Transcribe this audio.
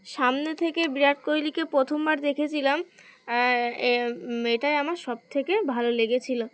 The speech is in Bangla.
সামনে থেকে বিরাট কোহলিকে প্রথমবার দেখেছিলাম এ এটাই আমার সবথেকে ভালো লেগেছিল